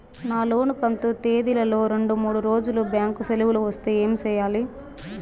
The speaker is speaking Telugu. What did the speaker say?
నా లోను కంతు తేదీల లో రెండు మూడు రోజులు బ్యాంకు సెలవులు వస్తే ఏమి సెయ్యాలి?